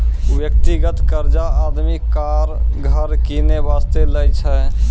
व्यक्तिगत कर्जा आदमी कार, घर किनै बासतें लै छै